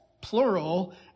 plural